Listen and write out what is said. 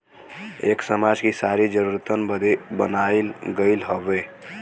एक समाज कि सारी जरूरतन बदे बनाइल गइल हउवे